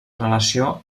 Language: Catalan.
relació